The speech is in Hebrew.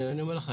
אני אומר לך,